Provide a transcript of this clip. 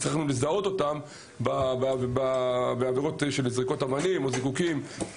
הצלחנו לזהות אותם בעבירות של זריקות אבנים או זיקוקים.